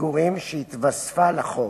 שהתווספה לחוב.